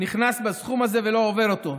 נכנסים בסכום הזה ולא עוברות אותו.